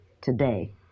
today